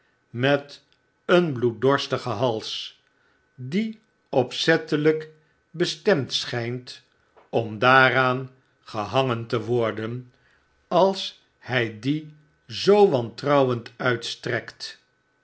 met een bloeddorstigenhals die opzettelgk bestemd schynt omdaaraangehangen te worden als hy dien zoo wantrouwend uitstrekt